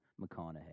McConaughey